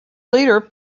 leader